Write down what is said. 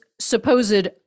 supposed